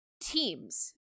teams